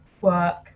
work